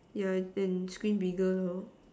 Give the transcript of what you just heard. yeah and screen bigger lor